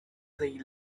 they